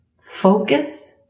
focus